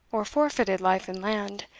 or forfeited life and land,